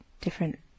different